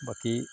বাকী